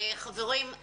חברים,